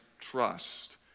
trust